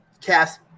cast